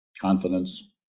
confidence